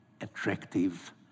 attractive